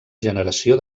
generació